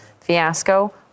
fiasco